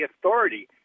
authority